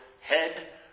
head